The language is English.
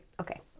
Okay